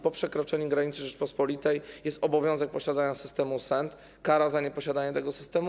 Po przekroczeniu granicy Rzeczypospolitej będzie obowiązek posiadania systemu SENT i kara za nieposiadanie tego systemu.